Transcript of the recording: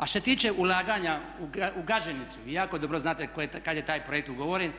A što se tiče ulaganja u Gaženicu, vi jako dobro znate kada je taj projekt ugovoren,